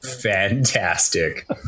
Fantastic